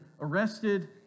arrested